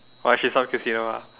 why she